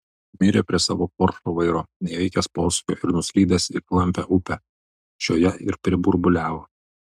mirė prie savo poršo vairo neįveikęs posūkio ir nuslydęs į klampią upę šioje ir priburbuliavo